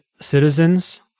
citizens